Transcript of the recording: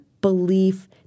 belief